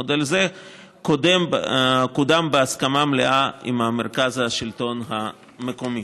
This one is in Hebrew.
מודל זה קודם בהסכמה מלאה עם מרכז השלטון המקומי.